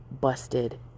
busted